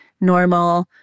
normal